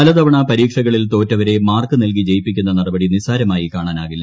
പല തവണ പരീക്ഷകളിൽ തോറ്റവരെ മാർക്കു നൽകി ജയിപ്പിക്കുന്ന നടപടി നിസാരമായി കാണാനാകില്ല